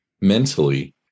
Mentally